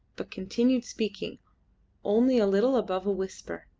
but continued speaking only a little above a whisper.